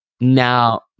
now